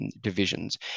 divisions